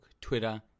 Twitter